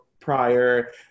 prior